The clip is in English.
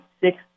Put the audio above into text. six